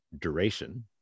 duration